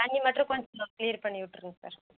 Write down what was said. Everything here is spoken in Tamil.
தண்ணி மட்டும் க்ளியர் பண்ணி விட்ருங்க சார்